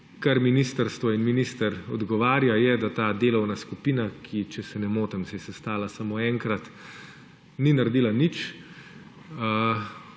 kar ministrstvo in minister odgovarja, je, da ta delovna skupina, ki če se ne motim, se je sestala samo enkrat, ni naredila nič.